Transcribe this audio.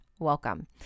welcome